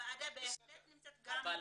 הוועדה בהחלט נמצאת גם --- אבל